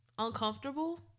uncomfortable